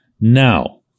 Now